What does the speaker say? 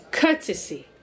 courtesy